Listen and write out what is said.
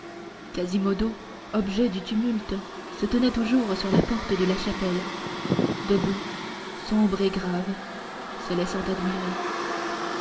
quasimodo objet du tumulte se tenait toujours sur la porte de la chapelle debout sombre et grave se laissant admirer